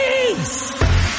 Peace